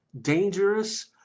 dangerous